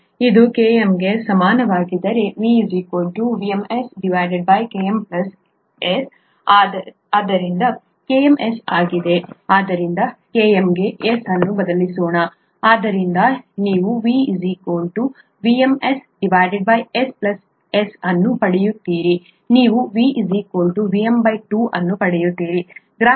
ಇದು Km ಗೆ ಸಮನಾಗಿದ್ದರೆ V VmS Km S ಆದ್ದರಿಂದ Km S ಆಗಿದೆ ಆದ್ದರಿಂದ Km ಗೆ S ಅನ್ನು ಬದಲಿಸೋಣ ಆದ್ದರಿಂದ ನೀವು V VmS S S ಅನ್ನು ಪಡೆಯುತ್ತೀರಿ ನೀವು V Vm2 ಅನ್ನು ಪಡೆಯುತ್ತೀರಿ